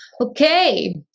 Okay